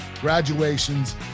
graduations